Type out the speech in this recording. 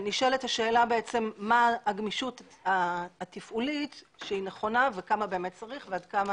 נשאלת השאלה מהי הגמישות התפעולית הנכונה וכמה צריך באמת וכמה